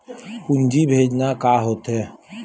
पूंजी भेजना का होथे?